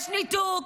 אבל זה קיים.